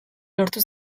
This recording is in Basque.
lortu